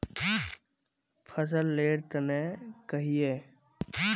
फसल लेर तने कहिए?